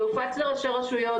זה הופץ לראשי רשויות,